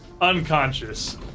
unconscious